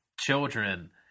children